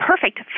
perfect